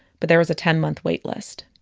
but there was a ten month waitlist.